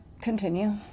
continue